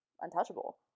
untouchable